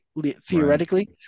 Theoretically